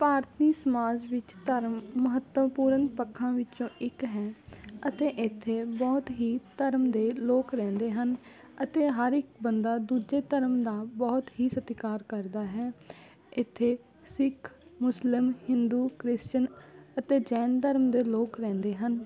ਭਾਰਤੀ ਸਮਾਜ ਵਿੱਚ ਧਰਮ ਮਹੱਤਵਪੂਰਨ ਪੱਖਾਂ ਵਿੱਚੋਂ ਇੱਕ ਹੈ ਅਤੇ ਇੱਥੇ ਬਹੁਤ ਹੀ ਧਰਮ ਦੇ ਲੋਕ ਰਹਿੰਦੇ ਹਨ ਅਤੇ ਹਰ ਇੱਕ ਬੰਦਾ ਦੂਜੇ ਧਰਮ ਦਾ ਬਹੁਤ ਹੀ ਸਤਿਕਾਰ ਕਰਦਾ ਹੈ ਇੱਥੇ ਸਿੱਖ ਮੁਸਲਿਮ ਹਿੰਦੂ ਕ੍ਰਿਸ਼ਚਨ ਅਤੇ ਜੈਨ ਧਰਮ ਦੇ ਲੋਕ ਰਹਿੰਦੇ ਹਨ